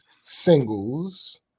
singles